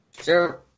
Sure